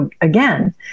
again